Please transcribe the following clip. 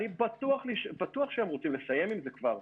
אני בטוח שהם רוצים לסיים עם זה כבר.